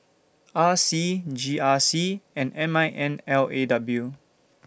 R C G R C and M I N L A W